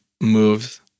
moves